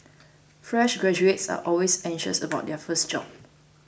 fresh graduates are always anxious about their first job